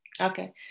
Okay